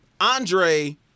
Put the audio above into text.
Andre